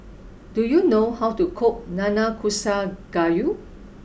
do you know how to cook Nanakusa Gayu